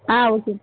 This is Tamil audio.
ஆ ஓகே